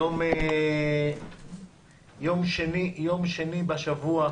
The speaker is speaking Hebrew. היום יום שני בשבוע,